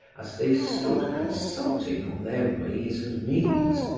as they stood consulting on their ways and means,